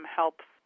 helps